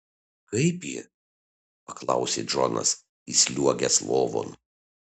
kaip ji paklausė džonas įsliuogęs lovon